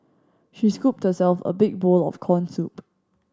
she scooped herself a big bowl of corn soup